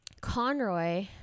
Conroy